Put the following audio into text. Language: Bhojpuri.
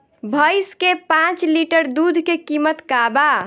भईस के पांच लीटर दुध के कीमत का बा?